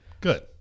Good